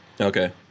Okay